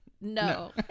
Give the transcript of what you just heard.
no